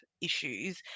issues